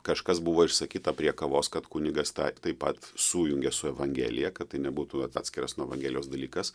kažkas buvo išsakyta prie kavos kad kunigas tą taip pat sujungia su evangelija kad tai nebūtų atskiras nuo evangelijos dalykas